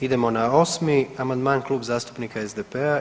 Idemo na 8. amandman Klub zastupnika SDP-a.